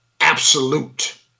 absolute